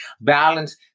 balance